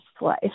life